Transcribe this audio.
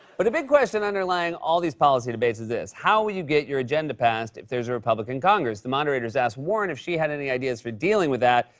but a big question underlying all these policy debates is this how will you get your agenda passed if there's a republican congress? the moderators asked warren if she had any ideas for dealing with that,